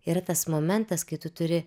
yra tas momentas kai tu turi